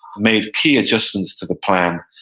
made key adjustments to the plan.